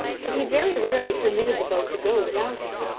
that he very rarely permitted the boat to go without him.